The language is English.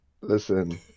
listen